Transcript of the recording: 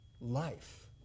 life